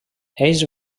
ells